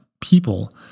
people